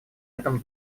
этом